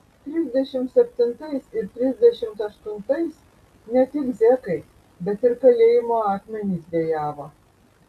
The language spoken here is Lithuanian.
trisdešimt septintais ir trisdešimt aštuntais ne tik zekai bet ir kalėjimo akmenys dejavo